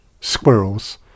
Squirrels